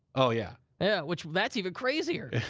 oh, yeah. yeah, which, that's even crazier.